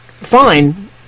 fine